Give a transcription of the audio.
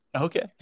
Okay